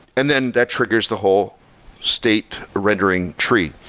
and then that triggers the whole state rendering tree.